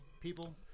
people